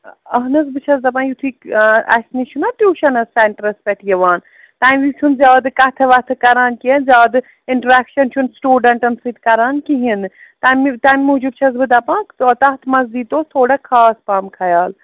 اَہن حظ بہٕ چھَس دَپان یِتھُے اَسہِ نِش چھُنا ٹیوٗشَنَس سٮ۪نٹَرَس پٮ۪ٹھ یِوان تَمہِ وِز چھُنہٕ زیادٕ کَتھٕ وَتھٕ کران کینٛہہ زیادٕ اِنٹرٛیکشَن چھُنہٕ سِٹوٗڈَنٹَن سۭتۍ کَران کِہیٖنۍ نہٕ تَمہِ تَمہِ موٗجوٗب چھَس بہٕ دَپان تو تَتھ منٛز دِیٖتوس تھوڑا خاص پَہَم خیال